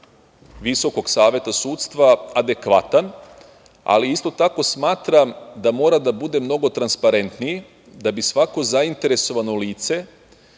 Visokog saveta sudstva, adekvatan, ali isto tako smatram da mora da bude mnogo transparentniji da bi svako zainteresovano lice